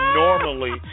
normally